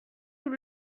nous